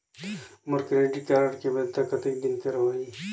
मोर credit card के वैधता कतेक दिन कर होही?